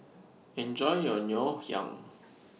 Enjoy your Ngoh Hiang